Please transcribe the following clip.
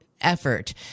effort